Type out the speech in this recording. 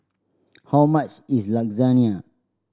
how much is Lasagna